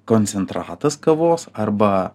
koncentratas kavos arba